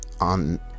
on